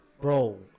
Bro